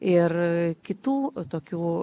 ir kitų tokių